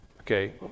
Okay